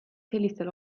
sellistel